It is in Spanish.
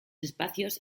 espacios